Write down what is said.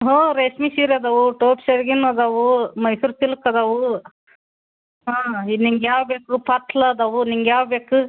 ಹಾಂ ರೇಷ್ಮೆ ಸೀರೆ ಅದಾವು ಟೋಪ್ ಸೆರ್ಗಿನ ಅದಾವು ಮೈಸೂರು ಸಿಲ್ಕ್ ಅದಾವು ಹಾಂ ನಿಂಗೆ ಯಾವು ಬೇಕು ಪತ್ಲ ಅದಾವು ನಿಂಗೆ ಯಾವು ಬೇಕು